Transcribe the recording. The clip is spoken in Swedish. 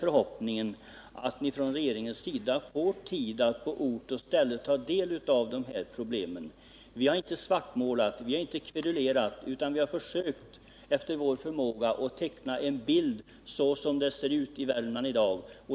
Jag vill då ännu en gång uttrycka förhoppningen att de skall få tid att på ort och ställe ta del av dessa problem. Vi har inte svartmålat eller kverulerat, utan vi har försökt att efter vår förmåga teckna en bild av hur det ser ut i Värmland i dag.